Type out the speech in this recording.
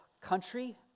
country